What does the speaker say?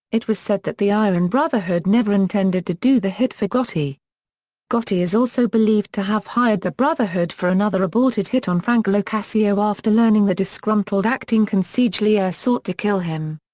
it was said that the ayran and brotherhood never intended to do the hit for gotti. gotti is also believed to have hired the brotherhood for another aborted hit on frank locascio after learning the disgruntled acting consigliere sought to kill him.